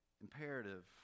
imperative